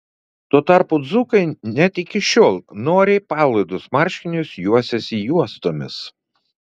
tuo tarpu dzūkai net iki šiol noriai palaidus marškinius juosiasi juostomis